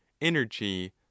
energy